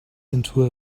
into